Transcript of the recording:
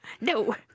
No